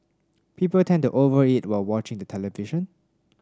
people tend to over eat while watching the television